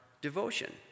devotion